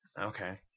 Okay